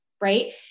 Right